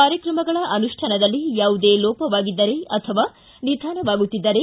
ಕಾರ್ಯಕ್ರಮಗಳ ಅನುಷ್ಠಾನದಲ್ಲಿ ಯಾವುದೇ ಲೋಪವಾಗಿದ್ದರೆ ಅಥವಾ ನಿಧಾನವಾಗುತ್ತಿದ್ದರೆ